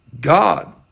God